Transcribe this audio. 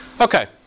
Okay